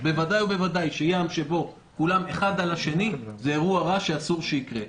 בוודאי ובוודאי שכאשר בים כולם האחד על השני זה אירוע רע שאסור שיקרה.